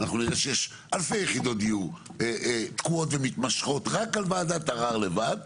אנחנו נראה שיש אלפי יחידות דיור תקועות ומתמשכות רק על ועדת ערר לבד,